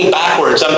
backwards